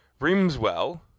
Rimswell